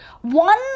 one